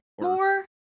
more